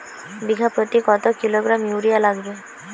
বিঘাপ্রতি কত kilogram urea লাগবে?